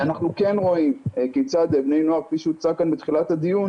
אנחנו כן רואים כיצד בני נוער כפי שהוצג כאן בתחילת הדיון,